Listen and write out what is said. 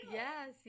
yes